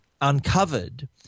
uncovered